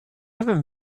ever